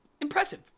impressive